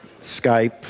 Skype